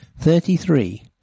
Thirty-three